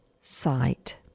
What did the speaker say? sight